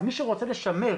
אז מי שרוצה לשמר